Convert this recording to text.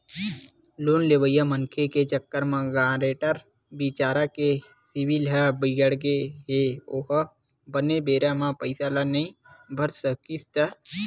loan लेवइया मनखे के चक्कर म गारेंटर बिचारा के सिविल ह बिगड़गे हे ओहा बने बेरा म पइसा ल नइ भर सकिस त